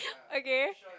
okay